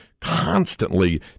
constantly –